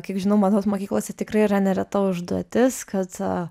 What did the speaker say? kiek žinau mados mokyklose tikrai yra nereta užduotis kad